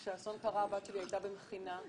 כשהאסון קרה הבת שלי הייתה במכינה,